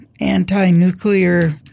anti-nuclear